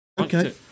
Okay